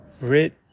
red